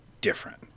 different